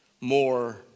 more